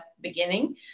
beginning